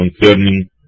concerning